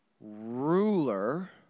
ruler